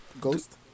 Ghost